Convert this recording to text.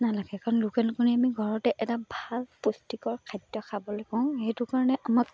নালাগে কাৰণ লোকেল কণী আমি ঘৰতে এটা ভাল পুষ্টিকৰ খাদ্য খাবলৈ কওঁ সেইটো কাৰণে আমাক